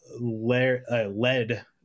led